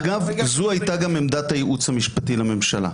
אגב, זו הייתה גם עמדת הייעוץ המשפטי לממשלה,